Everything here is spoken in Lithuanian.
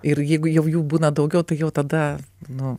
ir jeigu jau jų būna daugiau tai jau tada nu